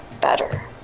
Better